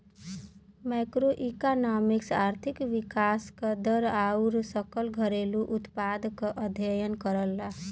macroeconomics आर्थिक विकास क दर आउर सकल घरेलू उत्पाद क अध्ययन करला